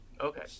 Okay